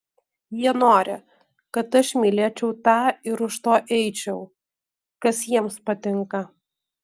jie nori kad aš mylėčiau tą ir už to eičiau kas jiems patinka